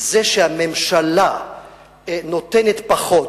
זה שהממשלה נותנת פחות,